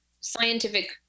scientific